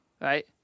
right